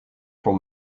por